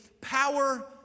power